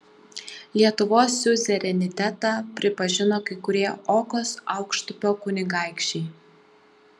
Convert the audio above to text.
lietuvos siuzerenitetą pripažino kai kurie okos aukštupio kunigaikščiai